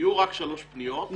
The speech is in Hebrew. היו רק שלוש פניות,